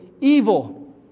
evil